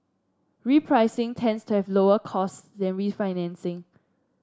repricing tends to have lower cost than refinancing